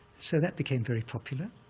so that became very popular,